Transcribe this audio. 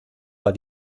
war